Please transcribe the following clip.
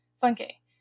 funky